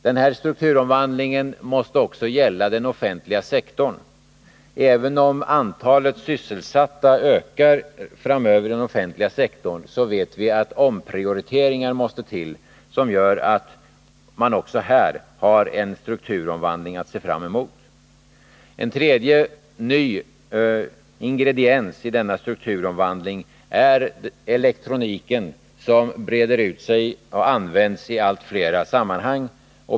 Den här strukturomvandlingen måste också gälla den offentliga sektorn. Även om antalet sysselsatta ökar framöver inom denna, så vet vi att omprioriteringar måste till som gör att man också här har en strukturomvandling att se fram emot. En tredje ny ingrediens i denna strukturomvandling är elektroniken, som breder ut sig och används i allt fler sammanhang.